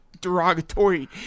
derogatory